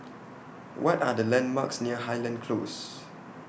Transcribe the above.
What Are The landmarks near Highland Close